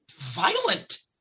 Violent